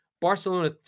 Barcelona